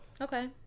okay